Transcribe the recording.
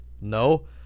no